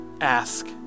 Ask